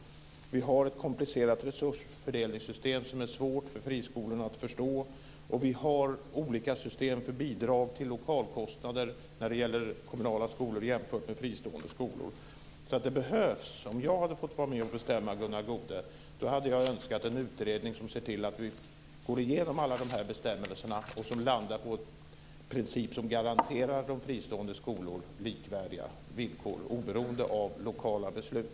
Vi har ett komplicerat resursfördelningssystem som är svårt för friskolorna att förstå, och vi har olika system för bidrag till lokalkostnader när det gäller kommunala skolor jämfört med fristående skolor. Om jag hade fått vara med och bestämma, Gunnar Goude, hade jag önskat en utredning som ser till att vi går igenom alla de här bestämmelserna och som kommer fram till en princip som garanterar de fristående skolorna likvärdiga villkor oberoende av lokala beslut.